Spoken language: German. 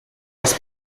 das